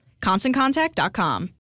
ConstantContact.com